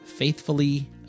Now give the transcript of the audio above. faithfully